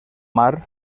mar